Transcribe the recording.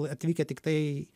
atvykę tiktai